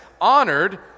honored